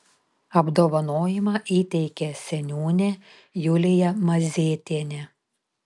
apdovanojimą įteikė seniūnė julija mazėtienė